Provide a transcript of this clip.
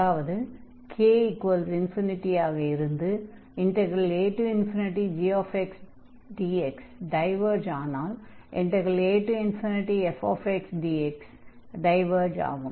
அதாவது k∞ ஆக இருந்து agxdx டைவர்ஜ் ஆனால் afxdx டைவர்ஜ் ஆகும்